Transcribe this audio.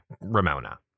Ramona